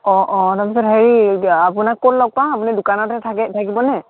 অঁ অঁ তাৰপিছত হেৰি আপোনাক ক'ত লগ পাম আপুনি দোকানতে থাকে থাকিব নে